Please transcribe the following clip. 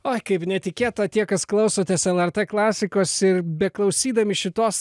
oi kaip netikėta tie kas klausotės lrt klasikos ir beklausydami šitos